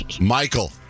michael